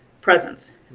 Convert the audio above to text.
presence